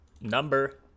number